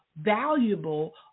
valuable